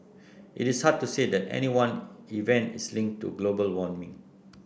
it is hard to say that any one event is linked to global warming